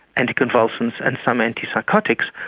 anticonvulsants and some antipsychotics,